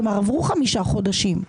כלומר, עברו חמישה חודשים.